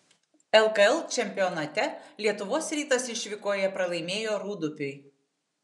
lkl čempionate lietuvos rytas išvykoje pralaimėjo rūdupiui